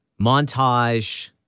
montage